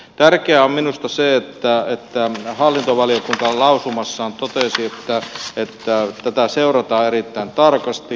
tärkeää on minusta se että hallintovaliokunta lausumassaan totesi että tätä seurataan erittäin tarkasti